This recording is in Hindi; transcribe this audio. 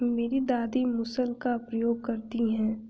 मेरी दादी मूसल का प्रयोग करती हैं